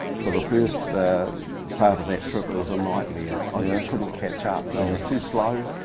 for the first part of that trip it was a nightmare. yeah? i just couldn't catch up and i was too slow.